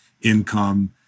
income